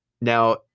Now –